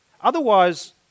otherwise